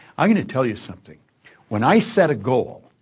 i'm going to tell you something when i set a goal,